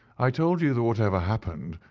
i told you that, whatever happened,